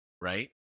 Right